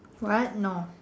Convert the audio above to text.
what no